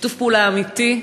שיתוף פעולה אמיתי,